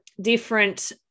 different